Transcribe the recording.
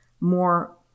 more